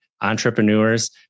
entrepreneurs